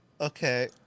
Okay